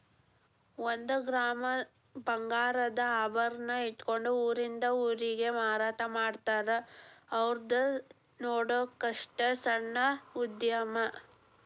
ಒಂದ ಗ್ರಾಮ್ ಬಂಗಾರದ ಆಭರಣಾ ಇಟ್ಕೊಂಡ ಊರಿಂದ ಊರಿಗೆ ಮಾರಾಟಾಮಾಡ್ತಾರ ಔರ್ದು ನೊಡ್ಲಿಕ್ಕಸ್ಟ ಸಣ್ಣ ಉದ್ಯಮಾ